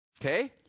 Okay